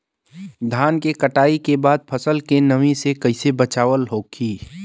धान के कटाई के बाद फसल के नमी से कइसे बचाव होखि?